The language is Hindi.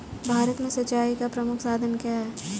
भारत में सिंचाई का प्रमुख साधन क्या है?